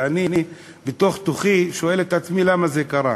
ואני בתוך-תוכי שואל את עצמי למה זה קרה,